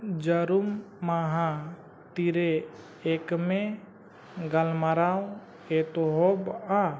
ᱡᱟᱹᱨᱩᱢ ᱢᱟᱦᱟ ᱛᱤᱨᱮ ᱮᱠᱢᱮ ᱜᱟᱞᱢᱟᱨᱟ ᱮᱛᱚᱦᱚᱵᱚᱜᱼᱟ